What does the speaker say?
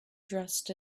dressed